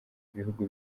ibihugu